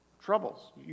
troubles